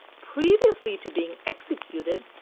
previously to being executed,